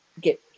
get